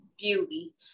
beauty